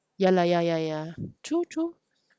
ya lah ya ya ya true true